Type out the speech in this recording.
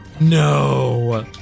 No